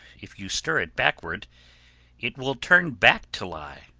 if you stir it backward it will turn back to lye.